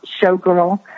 showgirl